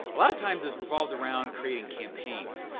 a lotta times is revolved around creating campaigns,